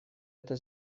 это